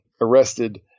arrested